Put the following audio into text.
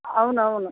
అవునవును